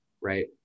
right